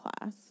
class